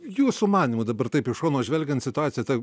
jūsų manymu dabar taip iš šono žvelgiant situacija ta